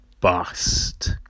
bust